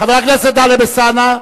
חבר הכנסת טלב אלסאנע.